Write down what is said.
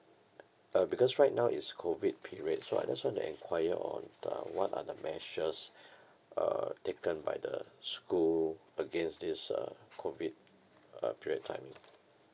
uh because right now it's COVID period so I just want to enquire on the what are the measures uh taken by the school against this uh COVID uh period timing